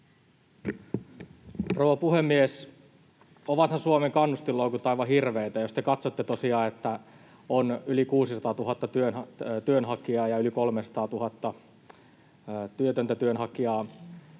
Rouva puhemies! Ovathan Suomen kannustinloukut aivan hirveitä, jos te katsotte tosiaan, että on yli 600 000 työnhakijaa ja yli 300 000 työtöntä työnhakijaa.